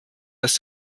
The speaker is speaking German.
dass